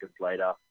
later